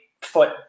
foot